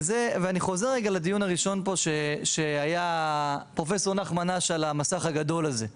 ואני חוזר רגע לדיון הראשון שהיה פרופסור נחמן אש על המסך הגדול הזה,